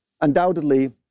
undoubtedly